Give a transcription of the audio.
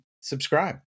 subscribe